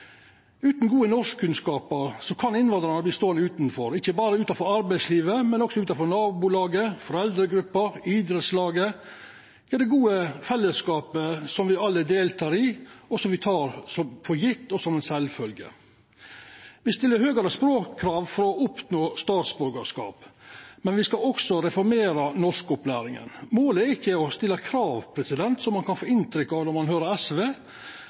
Utan gode norskkunnskapar kan innvandrarar verta ståande utanfor, ikkje berre utanfor arbeidslivet, men også utanfor nabolaget, foreldregruppa, idrettslaget – ja, det gode fellesskapet som me alle deltek i, og som me tek for gjeve og som sjølvsagt. Me stillar høgare språkkrav for å oppnå statsborgarskap, men me skal også reformera norskopplæringa. Målet er ikkje å stilla krav, som ein kan få inntrykk av når ein høyrer SV,